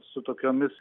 su tokiomis